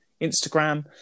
Instagram